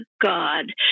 God